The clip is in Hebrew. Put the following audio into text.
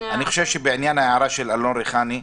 ההערה של אלון ריחני,